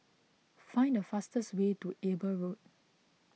find the fastest way to Eber Road